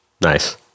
Nice